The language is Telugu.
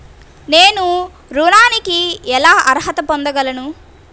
నేను ఋణానికి ఎలా అర్హత పొందగలను?